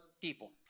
people